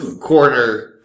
Corner